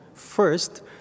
first